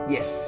Yes